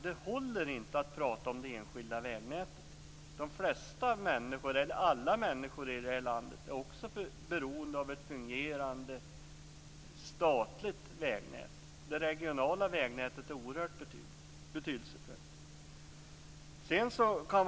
Det håller inte att prata om det enskilda vägnätet. Alla människor i det här landet är beroende av ett fungerande statligt vägnät, där det regionala vägnätet är oerhört betydelsefullt.